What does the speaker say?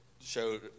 showed